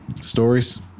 stories